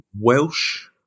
Welsh